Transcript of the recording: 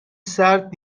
سرد